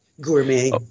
gourmet